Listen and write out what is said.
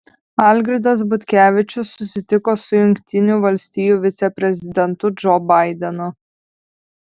algirdas butkevičius susitiko su jungtinių valstijų viceprezidentu džo baidenu